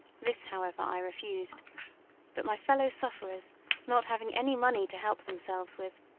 this, however, i refused but my fellow-sufferers not having any money to help themselves with,